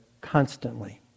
constantly